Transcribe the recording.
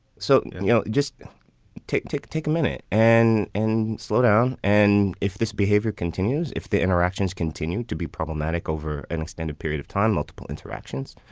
so, you know, just take, take, take a minute and and slow down. and if this behavior continues, if the interactions continue to be problematic over an extended period of time, multiple interactions,